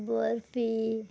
barfi